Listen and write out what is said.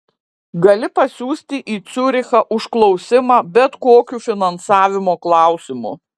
gali pasiųsti į ciurichą užklausimą bet kokiu finansavimo klausimu